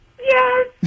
Yes